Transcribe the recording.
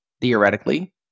theoretically